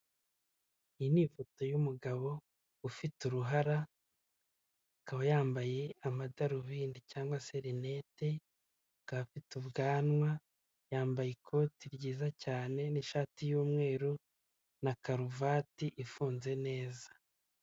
Iyi ni ifoto y'umugabo ufite uruhara akaba yambaye amadarubindi cyangwa se rinete akaba afite ubwanwa, yambaye ikoti ryiza cyane n'ishati y'umweru na karuvati ifunze neza.